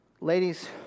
Ladies